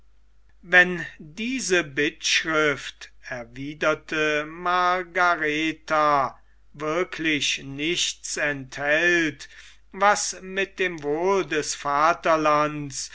wenn diese bittschrift erwiderte margaretha wirklich nichts enthält was mit dem wohl des vaterlands